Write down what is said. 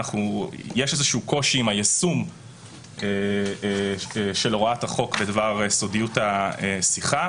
יש איזה קושי עם היישום של הוראת החוק בדבר סודיות השיחה.